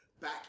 back